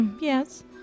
yes